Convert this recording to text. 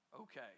Okay